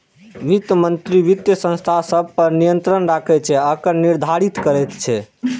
वित्त मंत्री वित्तीय संस्था सभ पर नियंत्रण राखै छै आ कर निर्धारित करैत छै